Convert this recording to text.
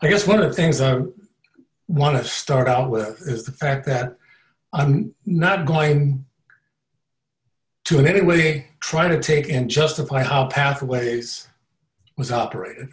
here's one of the things our want to start out with is the fact that i'm not going to in any way try to take in justify how pathways was operated